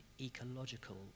ecological